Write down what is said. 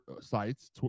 sites